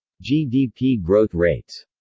gdp growth rates